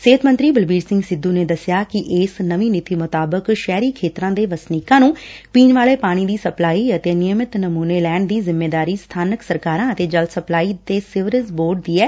ਸਿਹਤ ਮੰਤਰੀ ਬਲਬੀਰ ਸੈਂਘ ਸਿੱਧੂ ਨੇ ਦਸਿਆ ਕਿ ਇਸ ਨਵੀਂ ਨੀਤੀ ਮੁਤਾਬਿਕ ਸ਼ਹਿਰੀ ਖੇਤਰਾਂ ਦੇ ਵਸਨੀਕਾਂ ਨੂੰ ਪੀਣ ਵਾਲੇ ਪਾਣੀ ਦੀ ਸਪਲਾਈ ਅਤੇ ਨਿਯਮਿਤ ਨਮੁਨੇ ਲੈਣ ਦੀ ਜਿੰਮੇਦਾਰੀ ਸਬਾਨਕ ਸਰਕਾਰਾਂ ਅਤੇ ਜਲ ਸਪਲਾਈ ਤੇ ਸੀਵਰੇਜ ਬੋਰਡ ਦੀ ਐ